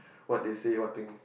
what they said what thing